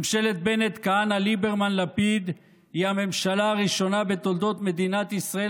ממשלת בנט-כהנא-ליברמן-לפיד היא הממשלה הראשונה בתולדות מדינת ישראל